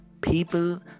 people